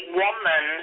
woman